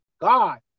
God